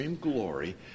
glory